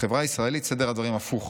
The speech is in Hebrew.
בחברה הישראלית סדר הדברים הפוך: